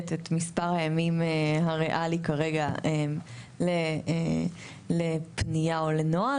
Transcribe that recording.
את מספר הימים הריאלי כרגע לפנייה או לנוהל,